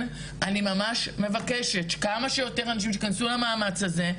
אני ממש מבקשת שכמה שיותר אנשים שיכנסו למאמץ הזה,